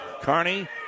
Carney